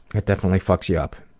it definitely fucks you up,